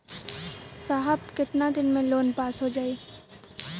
साहब कितना दिन में लोन पास हो जाई?